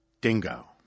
dingo